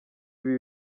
ibi